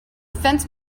fence